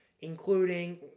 Including